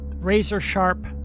razor-sharp